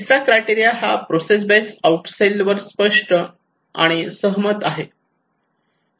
तिसरा क्रायटेरिया हा process based out set वर स्पष्ट आणि सहमत आहे